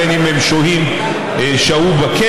בין אם הם שהו בכלא,